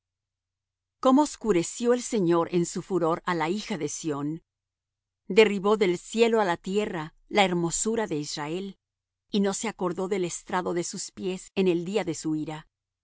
como oscureció el señor en su furor a la hija de sión derribó del cielo á la tierra la hermosura de israel y no se acordó del estrado de sus pies en el día de su ira